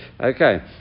Okay